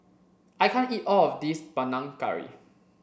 I can't eat all of this Panang Curry